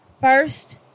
First